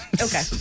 Okay